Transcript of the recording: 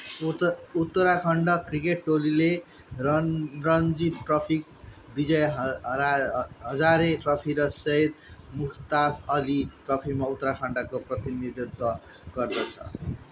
Uttarakhand cricket टोलीले Ranji trophy Vijay Hazare trophy र सैयद मुश्ताक अली ट्रफीमा उत्तराखण्डको प्रतिनिधित्व गर्दछ